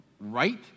right